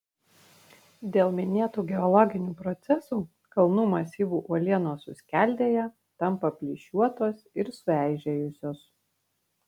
dėl minėtų geologinių procesų kalnų masyvų uolienos suskeldėja tampa plyšiuotos ir sueižėjusios